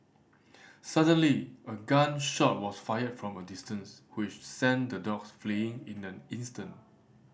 suddenly a gun shot was fired from a distance which sent the dogs fleeing in an instant